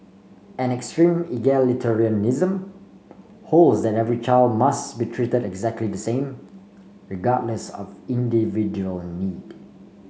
an extreme egalitarianism holds that every child must be treated exactly the same regardless of individual need